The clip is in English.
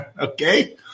Okay